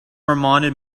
reminded